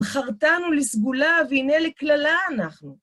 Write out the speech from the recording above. בחרתנו לסגולה והנה לכללה אנחנו